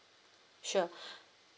sure